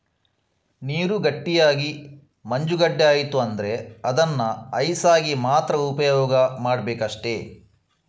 ನೀರು ಗಟ್ಟಿಯಾಗಿ ಮಂಜುಗಡ್ಡೆ ಆಯ್ತು ಅಂದ್ರೆ ಅದನ್ನ ಐಸ್ ಆಗಿ ಮಾತ್ರ ಉಪಯೋಗ ಮಾಡ್ಬೇಕಷ್ಟೆ